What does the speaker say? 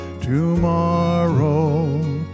tomorrow